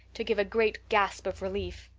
to give a great gasp of relief.